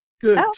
Good